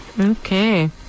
Okay